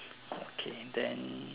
okay then